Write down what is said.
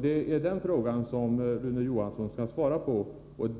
Det är den frågan jag vill ha svar på av Rune Johansson, och